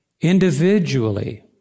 individually